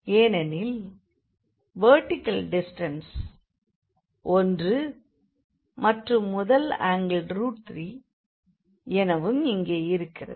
ஏனெனில் இதன் vertical distance 1 மற்றும் முதல் ஆங்கிள் 3 எனவும் இங்கே இருக்கிறது